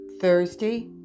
Thursday